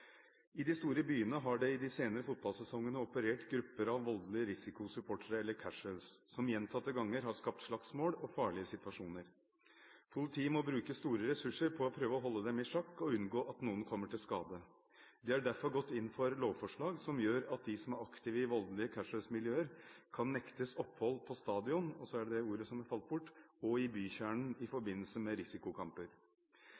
de senere fotballsesongene operert grupper av voldelige risikosupportere, eller casuals, som gjentatte ganger har skapt slagsmål og farlige situasjoner. Politiet må bruke store ressurser på å prøve å holde dem i sjakk og unngå at noen kommer til skade. De har derfor gått inn for lovforslag som gjør at de som er aktive i voldelige casualsmiljøer, kan nektes opphold på stadion og i bykjernen i forbindelse med risikokamper. Vil statsråden når vi nå står overfor en ny sesong, følge opp disse lovforslagene?» Justis- og beredskapsdepartementet fikk 5. februar i